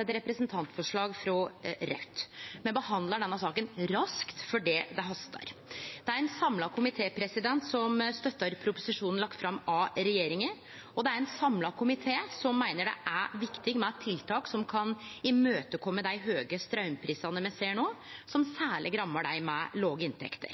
eit representantforslag frå Raudt. Me behandlar denne saka raskt fordi det hastar. Det er ein samla komité som støttar proposisjonen lagd fram av regjeringa, og det er ein samla komité som meiner det er viktig med tiltak som kan imøtekome dei høge straumprisane me ser no, som særleg rammar dei med låge inntekter.